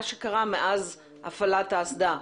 במה שקרה מאז הפעלת האסדה,